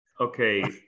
Okay